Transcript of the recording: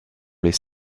les